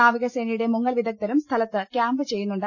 നാവികസേനയുടെ മുങ്ങൽ വിദഗ്ധരും സ്ഥലത്ത് ക്യാംപ് ചെയ്യുന്നുണ്ട്